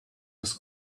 was